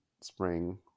spring